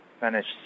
finished